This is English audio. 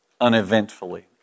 uneventfully